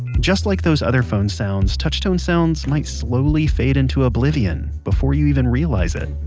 just like those other phone sounds, touch tone sounds might slowly fade into oblivion. before you even realize it.